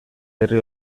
herri